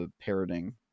parroting